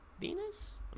Venus